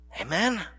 Amen